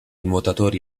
nuotatori